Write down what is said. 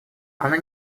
она